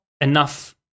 enough